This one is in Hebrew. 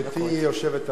גברתי היושבת-ראש,